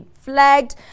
flagged